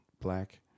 black